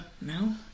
No